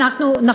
זה כבר חודשים.